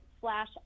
slash